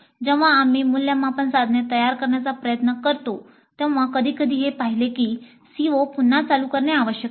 जेव्हा आम्ही मूल्यमापन साधने तयार करण्याचा प्रयत्न करतो तेव्हा कधीकधी हे पाहिले की CO पुन्हा चालू करणे आवश्यक आहे